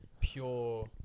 pure